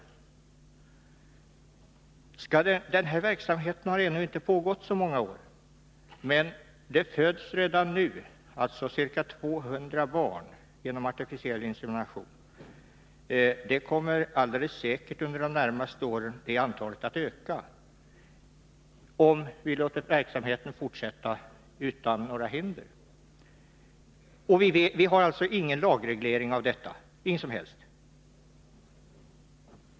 Den här verksamheten har ännu inte pågått i så många år, men det föds redan nu ca 200 barn per år genom artificiell insemination. Antalet kommer helt säkert att öka under de närmaste åren, om vi låter verksamheten fortsätta utan några hinder. Vi har alltså ingen som helst lagreglering för denna verksamhet.